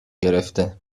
گرفته